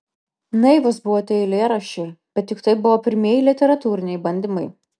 naivūs buvo tie eilėraščiai bet juk tai buvo pirmieji literatūriniai bandymai